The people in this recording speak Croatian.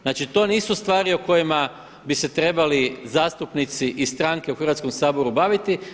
Znači to nisu stvari o kojima bi se trebali zastupnici i stranke u Hrvatskom saboru baviti.